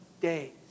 days